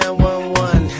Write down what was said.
911